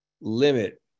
limit